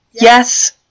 Yes